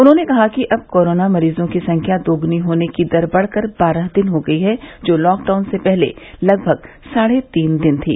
उन्होंने कहा कि अब कोरोना मरीजों की संख्या दोगुनी होने की दर बढ़कर बारह दिन हो गई है जो लॉकडाउन से पहले लगभग साढ़े तीन दिन थी